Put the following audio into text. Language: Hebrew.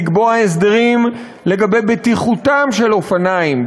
לקבוע הסדרים לגבי בטיחותם של אופניים,